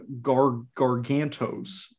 Gargantos